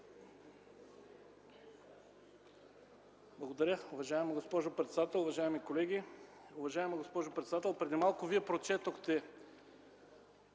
Благодаря. Уважаема госпожо председател, уважаеми колеги! Уважаема госпожо председател, преди малко Вие прочетохте